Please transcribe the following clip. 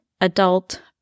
adult